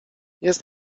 jest